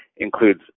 includes